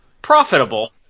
profitable